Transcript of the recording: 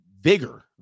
vigor